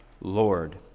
Lord